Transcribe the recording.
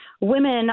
women